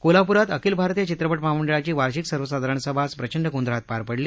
कोल्हापूरात आखिल भारतीय चित्रपट महामंडळाची वार्षिक सर्वसाधारण सभा आज प्रचंड गोंधळात पार पडली